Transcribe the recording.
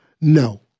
No